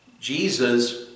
Jesus